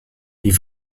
die